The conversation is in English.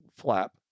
flap